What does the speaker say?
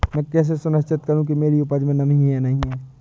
मैं कैसे सुनिश्चित करूँ कि मेरी उपज में नमी है या नहीं है?